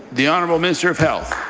the honourable minister of health?